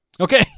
Okay